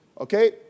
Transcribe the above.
okay